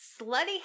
slutty